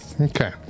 Okay